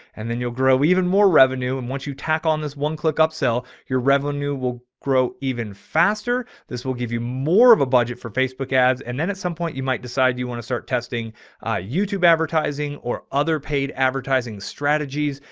and then you'll grow even more revenue. and once you tack on this, oneclickupsell your revenue will. grow, even faster. this will give you more of a budget for facebook ads. and then at some point you might decide you want to start testing a youtube advertising or other paid advertising strategies,